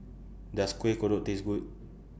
Does Kuih Kodok Taste Good